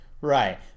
Right